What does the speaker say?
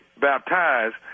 baptized